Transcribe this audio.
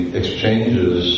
exchanges